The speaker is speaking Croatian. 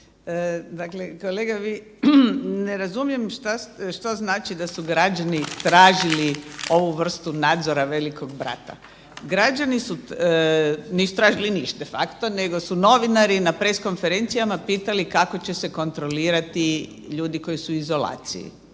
Dakle, kolega ne razumijem što znači da su građani tražili ovu vrstu nadzora veliko brata. Građani nisu tražili ništa de facto nego su novinari na press konferencijama pitali kako će se kontrolirati ljudi koji su u izolaciji,